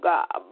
God